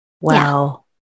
Wow